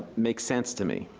makes sense to me.